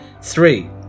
Three